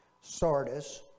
Sardis